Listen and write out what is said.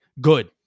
Good